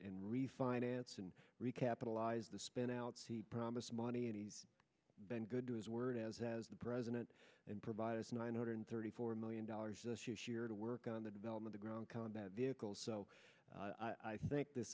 and refinance and recapitalize the spent outs he promised money and he's been good to his word as as the president and provide as nine hundred thirty four million dollars this year to work on the development of ground combat vehicles so i think this